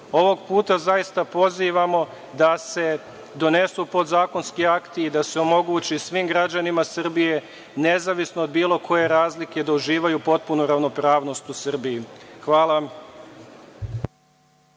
puta zaista pozivamo da se donesu podzakonski akti i da se omogući svim građanima Srbije, nezavisno od bilo koje razlike, da uživaju potpunu ravnopravnost u Srbiji. Hvala.